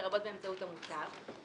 לרבות באמצעות המוטב.